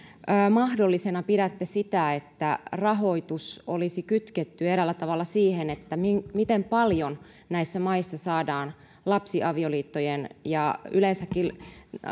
mahdollisena pidätte sitä että rahoitus olisi kytketty eräällä tavalla siihen miten paljon näissä maissa saadaan lapsiavioliitto ongelmaa ja yleensäkin